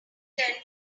ten